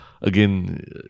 again